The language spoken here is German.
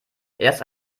erst